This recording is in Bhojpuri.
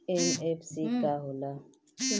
एम.एफ.सी का हो़ला?